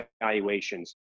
evaluations